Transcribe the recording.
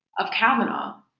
of kavanaugh.